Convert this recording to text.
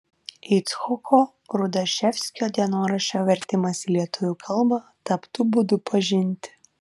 icchoko rudaševskio dienoraščio vertimas į lietuvių kalbą taptų būdu pažinti